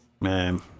Man